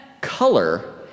color